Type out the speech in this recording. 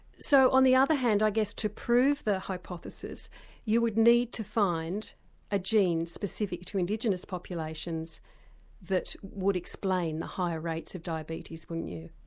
so on the other hand i guess to prove the hypothesis you would need to find a gene specific to indigenous populations that would explain the higher rates of diabetes wouldn't you?